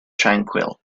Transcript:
tranquil